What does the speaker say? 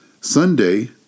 Sunday